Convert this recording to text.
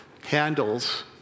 handles